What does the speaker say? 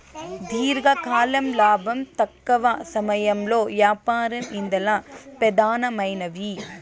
దీర్ఘకాలం లాబం, తక్కవ సమయంలో యాపారం ఇందల పెదానమైనవి